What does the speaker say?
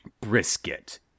brisket